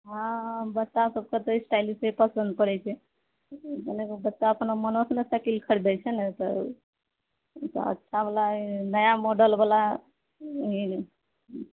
हँ बच्चा सबकेँ तऽ स्टायलिशे पसन्द पड़ैत छै नहि तऽ बच्चा सब मनोसँ नहि साइकिल खरीदे छै नहि तऽ अच्छा बला नया मॉडल बला नहि नहि